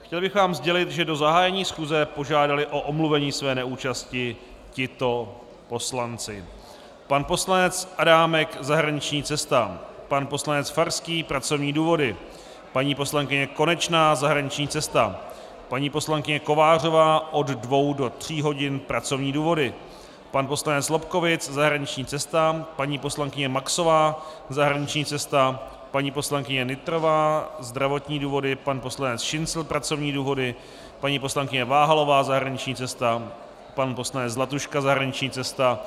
Chtěl bych vám sdělit, že do zahájení schůze požádali o omluvení své neúčasti tito poslanci: pan poslanec Adámek zahraniční cesta, pan poslanec Farský pracovní důvody, paní poslankyně Konečná zahraniční cesta, paní poslankyně Kovářová od dvou do tří hodin pracovní důvody, pan poslanec Lobkowicz zahraniční cesta, paní poslankyně Maxová zahraniční cesta, paní poslankyně Nytrová zdravotní důvody, pan poslanec Šincl pracovní důvody, paní poslankyně Váhalová zahraniční cesta, pan poslanec Zlatuška zahraniční cesta.